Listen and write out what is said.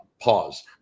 pause